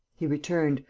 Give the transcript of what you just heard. he returned,